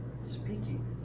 speaking